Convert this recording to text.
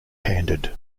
handed